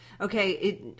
Okay